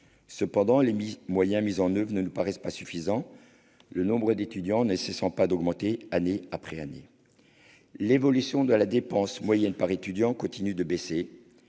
Mais les moyens mis en oeuvre ne nous paraissent pas suffisants, car le nombre d'étudiants ne cesse d'augmenter, année après année. L'évolution de la dépense moyenne par étudiant continue de baisser.